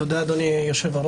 תודה, אדוני היושב-ראש.